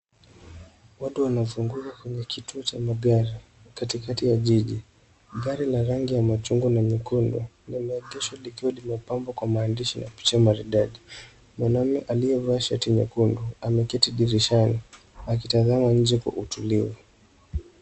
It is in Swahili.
Watu wanazunguka kwenye kituo cha magari, katikati ya jiji. Gari la rangi ya machungwa na nyekundu limepambwa na alama za mwandishi na picha maridadi. Mwanamume aliyevaa shati nyekundu ameketi dirishani, akitazama nje kwa utulivu.